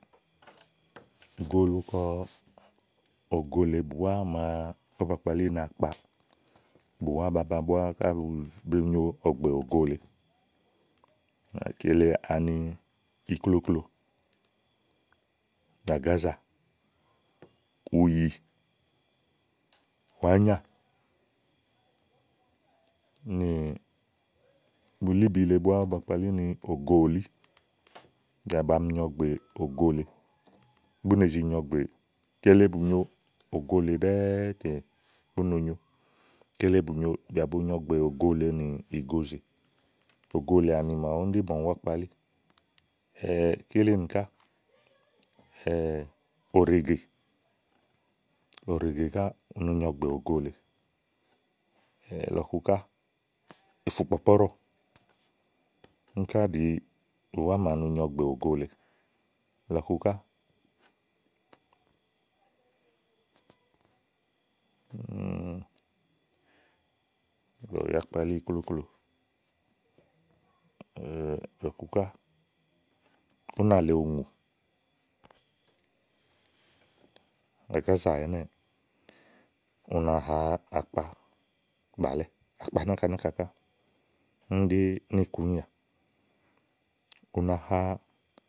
iǵo ulu kɔ ògo lèe bùwà màa ówó ba kpali ni akpa bùwá baba búá ká bo nyo ɔ̀gbè ògo lèe. Kile ani iklóklo, àgázà, ùyì, wàányà, nì bulíbile búá ba kpalí ni ógoòlí bìà ba mi nyo ɔ̀gbè ògo lèe bú ne zi nyo ɔ̀gbè, kele bù nyo, ògo lèe ɖɛ̀ɛ̀ tè bú nonyo kele bù nyo bìà bonyo ɔ̀gbè ògo lèe nì ìgozè ògo lèe àni màawu úni ɖí màa ɔmi wákpali kílìnì ká òɖègè òɖègè ká, u no nyo ɔ̀gbè ògo lèe lɔ̀ku ká ìfùkpɔ̀kpɔ̀ɖɔ úni ká ɖìi ùwá màa no nyo ɔ̀gbè ògolèe lɔ̀ku ká ì yàá kpalí iklóklo lɔ̀ku ká únà lèe ùŋù, àgázà ɛnɛ́ɛ, u na ha akpa bàlɛ́, akpa náka náka ká. úni ɖí níìkúnya, kú na ha.